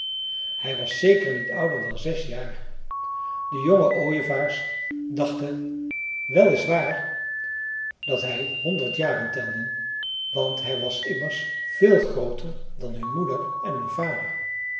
hij was zeker niet ouder dan zes jaar de jonge ooievaars dachten wel is waar dat hij honderd jaren telde want hij was immers veel grooter dan hun moeder en hun vader